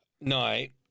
night